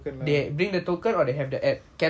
bring their token